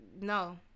no